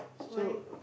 so